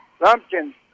Lumpkins